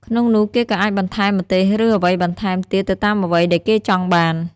ក្នុងនោះគេក៏អាចបន្ថែម ម្ទេស ឬ អ្វីបន្ថែមទៀតទៅតាមអ្វីដែលគេចង់បាន។